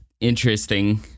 interesting